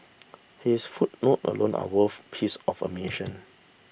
his footnote alone are worth piece of admission